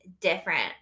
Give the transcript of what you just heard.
different